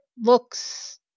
looks